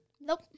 Nope